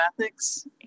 ethics